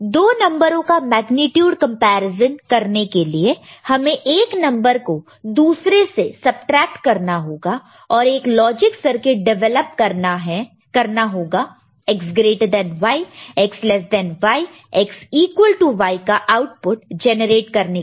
दो नंबरों का मेग्नीट्यूड कंपैरिजन करने के लिए हमें एक नंबर को दूसरे से सबट्रैक करना होगा और एक लॉजिक सर्किट डिवेलप करना होगा X greater than Y X less than Y X equal to Y का आउटपुट जनरेट करने के लिए